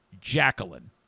Jacqueline